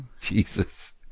Jesus